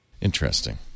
Interesting